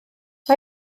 mae